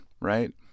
right